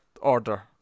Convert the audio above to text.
order